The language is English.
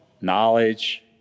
Knowledge